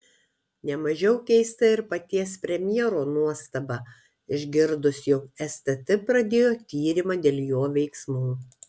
ne mažiau keista ir paties premjero nuostaba išgirdus jog stt pradėjo tyrimą dėl jo veiksmų